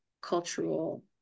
cultural